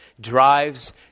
drives